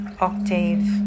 Octave